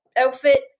outfit